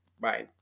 Bye